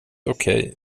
okej